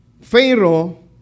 Pharaoh